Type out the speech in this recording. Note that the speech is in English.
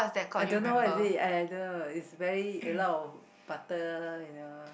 I don't know what is it I don't know it's very a lot of butter you know